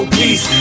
peace